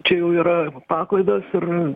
čia jau yra paklaidos ir